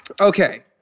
Okay